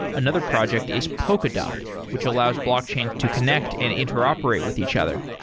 another project is polkadot, which allows blockchains to connect and interoperate with each other.